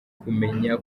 kumenya